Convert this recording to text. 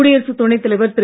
குடியரசு துணைத்தலைவர் திரு